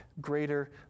greater